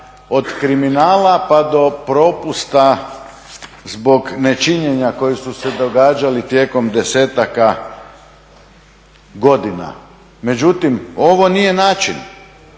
od kriminala pa do propusta zbog nečinjenja koji su se događali tijekom desetaka godina. Međutim, ovo nije način.